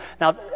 Now